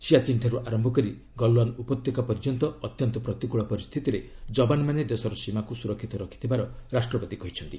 ସିଆଚିନ୍ ଠାରୁ ଆରୟ କରି ଗଲ୍ୱାନ୍ ଉପତ୍ୟକା ପର୍ଯ୍ୟନ୍ତ ଅତ୍ୟନ୍ତ ପ୍ରତିକୃଳ ପରିସ୍ଥିତିରେ ଯବାନମାନେ ଦେଶର ସୀମାକୁ ସୁରକ୍ଷିତ ରଖିଥିବାର ରାଷ୍ଟ୍ରପତି କହିଛନ୍ତି